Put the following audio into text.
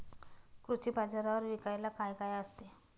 कृषी बाजारावर विकायला काय काय असते?